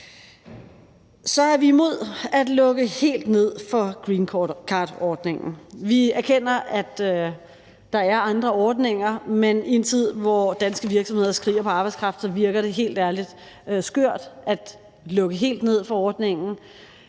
Så er vi imod at lukke helt ned for greencardordningen. Vi erkender, at der er andre ordninger, men i en tid, hvor danske virksomheder skriger på arbejdskraft, virker det helt ærligt skørt at lukke helt ned for ordningen.